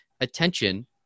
attention